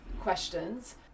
questions